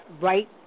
right